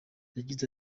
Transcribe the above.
yagize